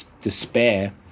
despair